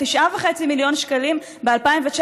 9.5 מיליון שקלים ב-2019,